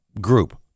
group